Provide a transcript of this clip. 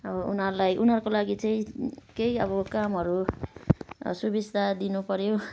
अब उनीहरूलाई उनीहरूको लागि चाहिँ केही अब कामहरू सुबिस्ता दिनु पऱ्यो